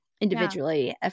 individually